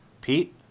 Pete